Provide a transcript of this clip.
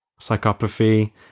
psychopathy